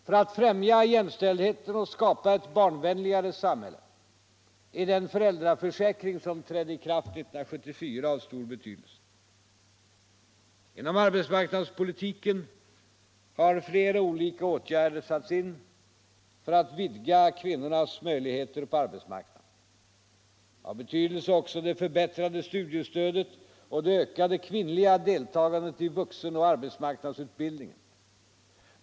För att främja jämställdheten och skapa ett barnvänligare samhälle är den föräldraförsäkring som trädde i kraft 1974 av stor betydelse. Inom arbetsmarknadspolitiken har flera olika åtgärder satts in för att vidga kvinnornas möjligheter på arbetsmarknaden. Av betydelse är här också det förbättrade studiestödet och det ökade kvinnliga deltagandet i vuxenoch arbetsmarknadsutbildningen.